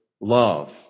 love